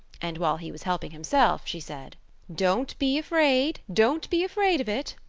and while he was helping himself she said don't be afraid! don't be afraid of it!